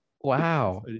Wow